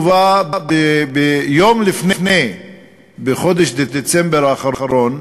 הובא יום לפני בחודש דצמבר האחרון.